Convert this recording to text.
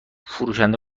فروشنده